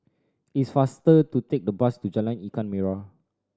it's faster to take the bus to Jalan Ikan Merah